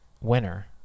winner